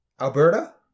Alberta